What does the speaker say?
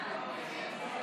להב הרצנו,